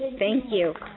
thank you